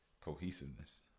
cohesiveness